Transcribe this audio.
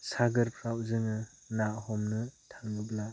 सागोरफ्राव जोङो ना हमनो थाङोब्ला